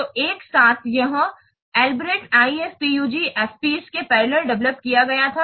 तो एक साथ यह अल्ब्रेक्ट IFPUG FPs के पैरेलल डेवेलोप किया गया था